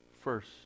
First